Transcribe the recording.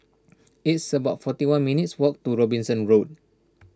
it's about forty one minutes' walk to Robinson Road